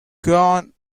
gone